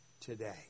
today